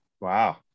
Wow